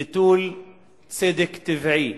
נטול צדק טבעי,